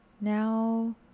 now